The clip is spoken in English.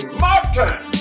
Martin